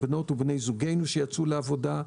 בנות ובני זוגנו שיצאו לעבודה,